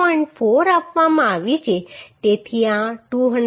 4 આપવામાં આવ્યું છે તેથી આ 268